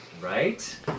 Right